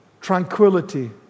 tranquility